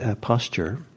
posture